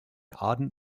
ardent